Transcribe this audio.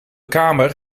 kamer